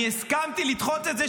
אני הסכמתי לדחות את זה,